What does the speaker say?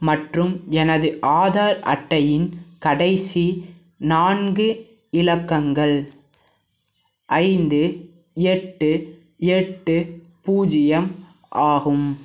மற்றும் எனது ஆதார் அட்டையின் கடைசி நான்கு இலக்கங்கள் ஐந்து எட்டு எட்டு பூஜ்யம் ஆகும்